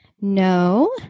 No